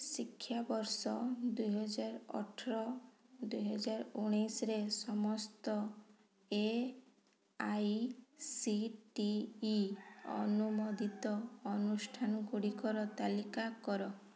ଶିକ୍ଷାବର୍ଷ ଦୁଇ ହଜାର ଅଠର ଦୁଇ ହଜାର ଉଣେଇଶିରେ ସମସ୍ତ A I C T E ଅନୁମୋଦିତ ଅନୁଷ୍ଠାନଗୁଡ଼ିକର ତାଲିକା କର